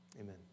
Amen